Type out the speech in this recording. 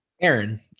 aaron